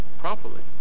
properly